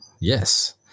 yes